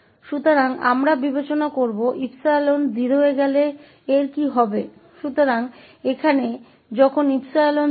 तो हम इस बात पर विचार करेंगे कि जब 𝜖 के 0 पर जाता है तो इसका क्या होगा